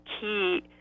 key